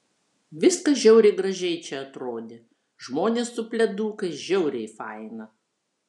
viskas žiauriai gražiai čia atrodė žmonės su pledukais žiauriai faina